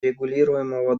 регулируемого